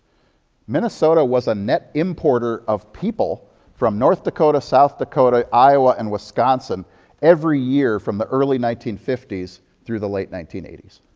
minnesota was a net importer of people from north dakota, south dakota, iowa and wisconsin every year from the early nineteen fifty s through the late nineteen eighty s.